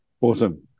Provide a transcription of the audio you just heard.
Awesome